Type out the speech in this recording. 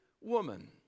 woman